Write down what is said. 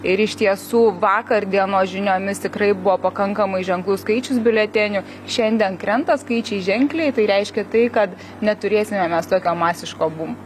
ir iš tiesų vakar dienos žiniomis tikrai buvo pakankamai ženklus skaičius biuletenių šiandien krenta skaičiai ženkliai tai reiškia tai kad neturėsime mes tokio masiško bumo